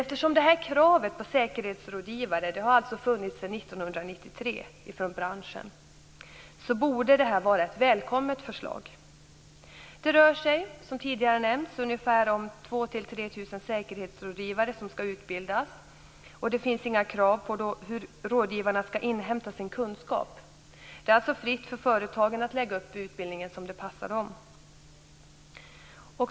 Eftersom det här kravet på säkerhetsrådgivare - ett krav från branschen - har funnits sedan 1993 borde detta vara ett välkommet förslag. Det rör sig, som tidigare nämnts, om ungefär 2 000 3 000 säkerhetsrådgivare som skall utbildas. Det finns inga krav på hur rådgivarna skall inhämta sin kunskap. Det är alltså fritt för företagen att lägga upp utbildningen som det passar dem.